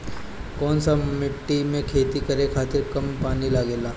कौन सा मिट्टी में खेती करे खातिर कम पानी लागेला?